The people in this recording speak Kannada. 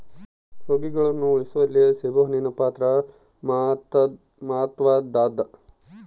ರೋಗಿಗಳನ್ನು ಉಳಿಸುವಲ್ಲಿ ಸೇಬುಹಣ್ಣಿನ ಪಾತ್ರ ಮಾತ್ವದ್ದಾದ